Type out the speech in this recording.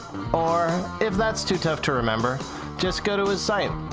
or if that's too tough to, remember just go to his site,